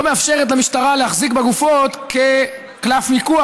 לא מאפשרת למשטרה להחזיק בגופות כקלף מיקוח,